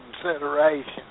consideration